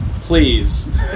Please